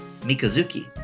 mikazuki